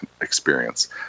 experience